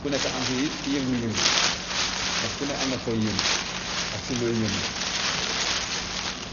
Ku nekk am say yëngu-yëngu, ndax ku ne am na fooy yëngu ak si looy yëngu.